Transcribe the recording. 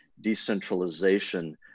decentralization